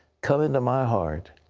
come into my heart.